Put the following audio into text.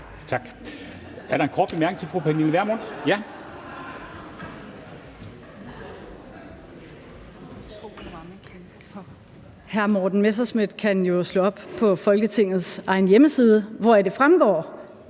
Tak. Er der en kort bemærkning fra fru Pernille Vermund? Ja.